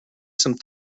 some